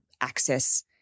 access